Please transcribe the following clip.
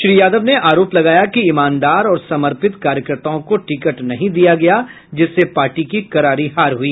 श्री यादव ने आरोप लगाया कि ईमानदार और समर्पित कार्यकर्ताओं को टिकट नहीं दिया गया जिससे पार्टी की करारी हार हुई